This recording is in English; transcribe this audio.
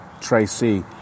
Tracy